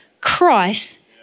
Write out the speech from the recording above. Christ